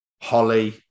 Holly